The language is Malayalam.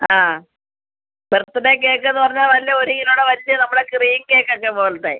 ആ ബർത്ത്ഡേ കേക്ക് എന്ന് പറഞ്ഞാൽ വലിയ ഒരു കിലോയുടെ വലിയ നമ്മുടെ ക്രീം കേക്ക് ഒക്കെ പോലത്തെ